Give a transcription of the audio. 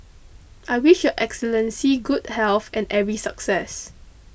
I wish Your Excellency good health and every success